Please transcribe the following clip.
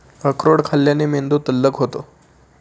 अक्रोड खाल्ल्याने मेंदू तल्लख होतो